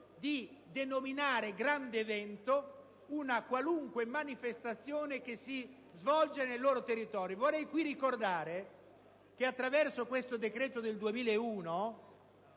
di denominare grande evento una qualunque manifestazione che si svolga nel loro territorio. Vorrei però qui ricordare che, attraverso questo decreto del 2001,